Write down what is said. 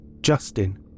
Justin